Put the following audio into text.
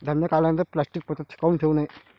धान्य काढल्यानंतर प्लॅस्टीक पोत्यात काऊन ठेवू नये?